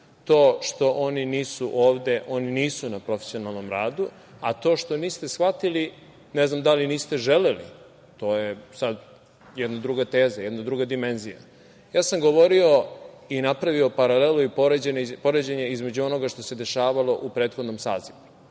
To što oni nisu ovde, oni nisu na profesionalnom radu. To što niste shvatili ne znam da li niste želeli, to je sad jedna druga teza, jedna druga dimenzija. Ja sam govorio i napravio paralelu i poređenje između onoga što se dešavalo u prethodnom sazivu,